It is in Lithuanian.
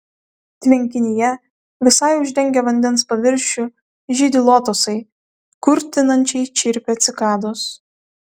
tvenkinyje visai uždengę vandens paviršių žydi lotosai kurtinančiai čirpia cikados